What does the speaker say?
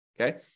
Okay